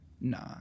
nah